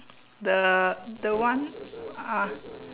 the the one ah